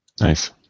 Nice